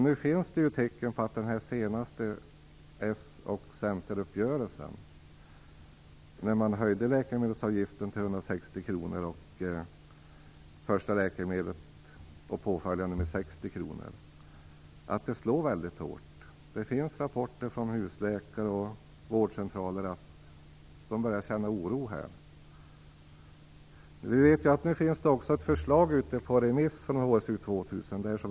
Nu finns tecken på att den senaste s-c-uppgörelsen - 60 kr - slår väldigt hårt. Det finns rapporter från husläkare och vårdcentraler som pekar på att man börjar känna oro. Jag vet att ett förslag från HSU 2000 är ute på remiss. Detta har nämnts tidigare.